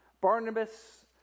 Barnabas